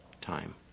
time